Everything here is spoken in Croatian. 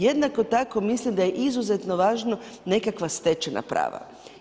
Jednako tako mislim da je izuzetno važno nekakva stečena prava.